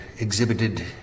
exhibited